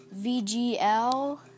vgl